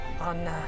on